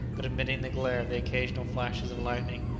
but admitting the glare of the occasional flashes of lightning,